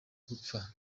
gupfa